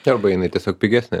tai arba jinai tiesiog pigesnė